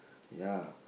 ya